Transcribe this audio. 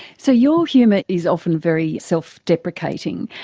so your humour is often very self-deprecating.